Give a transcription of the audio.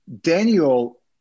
Daniel